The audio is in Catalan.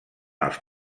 els